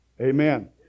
amen